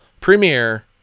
premiere